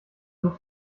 such